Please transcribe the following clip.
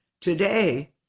today